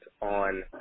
on